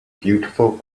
beautiful